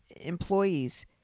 employees